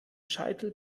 scheitel